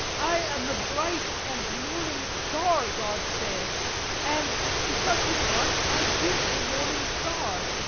i am the bright and morning-star, god saith and, to such an one i give the morning-star!